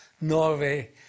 Norway